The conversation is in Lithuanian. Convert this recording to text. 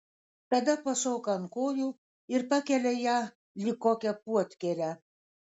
tada pašoka ant kojų ir pakelia ją lyg kokią puodkėlę